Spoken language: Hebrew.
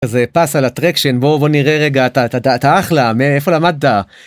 זה פס על הטרקשן, בוא בוא נראה רגע אתה אתה אתה אחלה מאיפה למדתה.